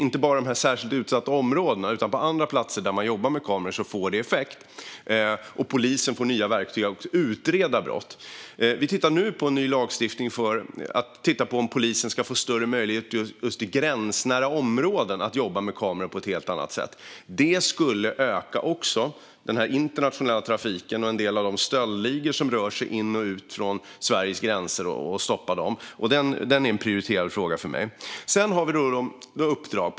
Inte bara på i särskilt utsatta områdena utan också på andra platser där man jobbar med kameror får det effekt, och polisen får nya verktyg för att utreda brott. Vi tittar nu på en ny lagstiftning som ska ge polisen större möjligheter att i gränsnära områden jobba med kameror på ett helt annat sätt. Det skulle också öka möjligheten att stoppa den internationella trafiken och en del av de stöldligor som rör sig över Sveriges gränser. Det är en prioriterad fråga för mig.